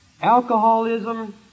Alcoholism